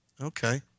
Okay